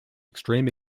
extreme